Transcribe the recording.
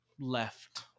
left